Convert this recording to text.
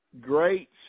great